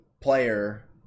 player